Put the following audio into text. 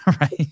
Right